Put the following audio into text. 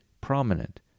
prominent